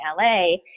la